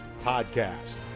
Podcast